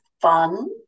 fun